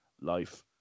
Life